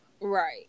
Right